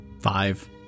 Five